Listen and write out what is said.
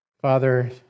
father